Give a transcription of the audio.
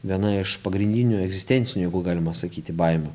viena iš pagrindinių egzistencinių jeigu galima sakyti baimių